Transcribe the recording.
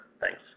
Thanks